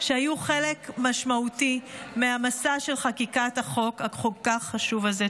שהיו חלק משמעותי מהמסע של חקיקת החוק הכל-כך חשוב הזה.